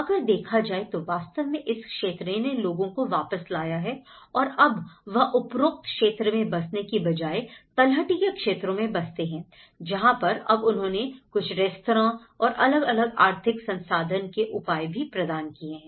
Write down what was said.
अगर देखा जाए तो वास्तव में इस क्षेत्र ने लोगों को वापस लाया है और अब वह उपरोक्त क्षेत्र में बसने की बजाए तलहटी के क्षेत्रों में बसते हैं जहां पर अब उन्होंने कुछ रेस्तरां और अलग अलग आर्थिक संसाधन के उपाय भी प्रदान किए हैं